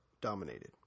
dominated